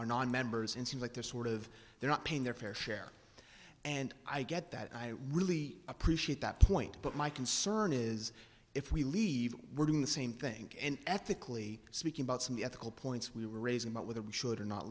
are nonmembers in seem like they're sort of they're not paying their fair share and i get that i really appreciate that point but my concern is if we leave we're doing the same thing ethically speaking about some ethical points we were raising about whether we should or not